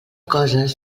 coses